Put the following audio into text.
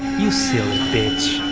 you silly bitch.